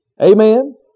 Amen